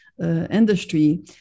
industry